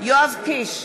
יואב קיש,